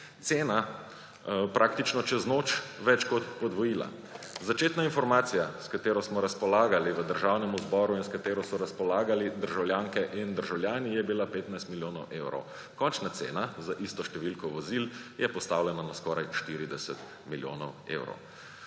cena praktično čez noč več kot podvojila. Začetna informacija, s katero smo razpolagali v Državnem zboru in s katero so razpolagali državljanke in državljani, je bila 15 milijonov evrov. Končna cena za isto številko vozil je postavljena na skoraj 40 milijonov evrov.